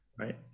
Right